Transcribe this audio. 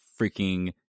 freaking